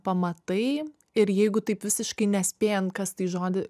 pamatai ir jeigu taip visiškai nespėjant kas tai žodi